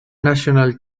national